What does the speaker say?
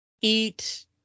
eat